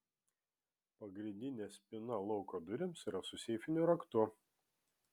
pagrindinė spyna lauko durims yra su seifiniu raktu